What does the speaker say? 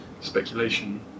Speculation